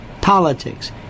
politics